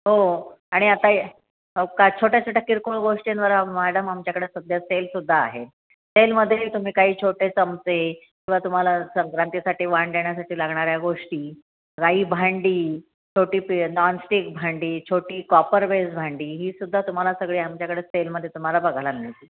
हो आणि आता हो का छोट्या छोट्या किरकोळ गोष्टींवर मॅडम आमच्याकडं सध्या सेलसुद्धा आहे सेलमध्ये तुम्ही काही छोटे चमचे किंवा तुम्हाला संक्रांतीसाठी वाण देण्यासाठी लागणाऱ्या गोष्टी राई भांडी छोटी पी नॉनस्टिक भांडी छोटी कॉपरबेस भांडी ही सुद्धा तुम्हाला सगळी आमच्याकडे सेलमध्ये तुम्हाला बघायला मिळतील